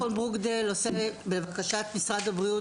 מכון ברוקדייל עושה לבקשת משרד הבריאות